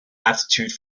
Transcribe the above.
aptitude